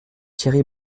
thierry